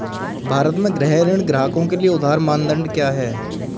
भारत में गृह ऋण ग्राहकों के लिए उधार मानदंड क्या है?